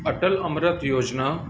Atal Amrit Yojana